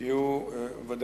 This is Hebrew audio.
כי הוא בוודאי